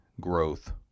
growth